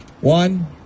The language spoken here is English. One